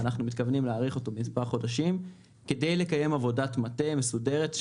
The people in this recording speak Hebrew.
ואנחנו מתכוונים להאריך אותו במספר חודשים כדי לקיים עבודת מטה מסודרת,